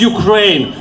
Ukraine